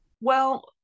Well-